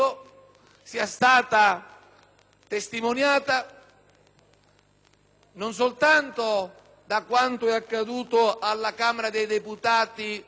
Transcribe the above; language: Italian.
non soltanto da quanto è accaduto alla Camera dei deputati qualche giorno fa, ma anche dalla stringatezza